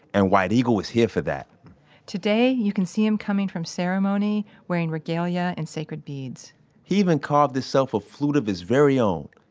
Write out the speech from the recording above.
and white eagle was here for that today, you can see him coming from ceremony, wearing regalia and sacred beads he even carved himself a flute of his very own,